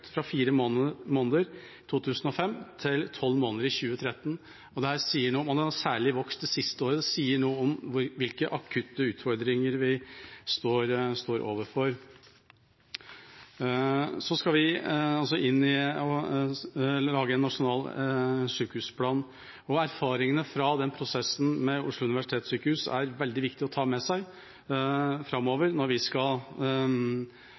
fra fire måneder i 2005 til tolv måneder i 2013, og den har særlig vokst det siste året. Det sier noe om hvilke akutte utfordringer vi står overfor. Vi skal altså lage en nasjonal sykehusplan, og erfaringene fra prosessen med Oslo universitetssykehus er veldig viktige å ta med seg framover når vi skal